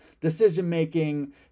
decision-making